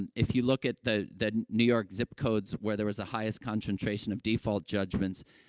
and if you look at the the new york zip codes where there was the highest concentration of default judgments,